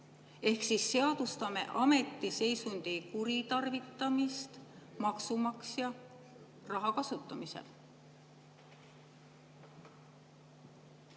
ehk siis seadustame ametiseisundi kuritarvitamist maksumaksja raha kasutamisel?